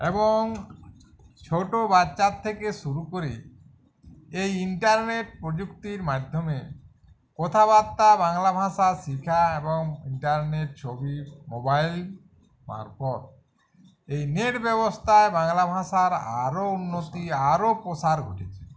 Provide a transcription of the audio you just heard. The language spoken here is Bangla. এবং ছোটো বাচ্ছার থেকে শুরু করে এই ইন্টারনেট প্রযুক্তির মাধ্যমে কথা বার্তা বাংলা ভাঁষা শিখা এবং ইন্টারনেট ছবির মোবাইল মারফৎ এই নেট ব্যবস্থায় বাংলা ভাঁষার আরো উন্নতি আরো প্রসার ঘটছে